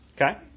Okay